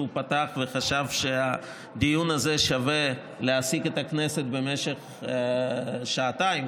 פתח וחשב שבדיון הזה שווה להעסיק את הכנסת במשך שעתיים,